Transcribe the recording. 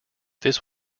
this